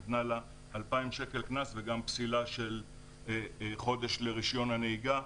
השופטת נתנה לה 2,000 שקלים קנס וגם פסילה של חודש לרישיון הנהיגה.